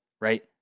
Right